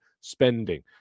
spending